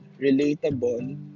relatable